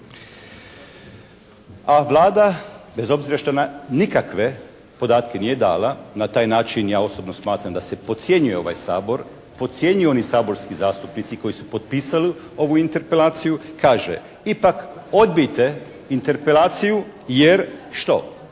A Vlada bez obzira što nikakve podatke nije dala, na taj način ja osobno smatram da se podcjenjuje ovaj Sabor, podcjenjuju oni saborski zastupnici koji su potpisali ovu interpelaciju, kaže ipak odbijte interpelaciju jer što,